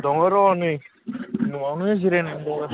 दङ र' नै न'आवनो जिरायनानै दङ